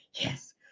yes